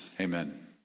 amen